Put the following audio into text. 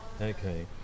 okay